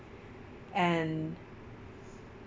and